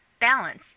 Balance